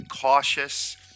cautious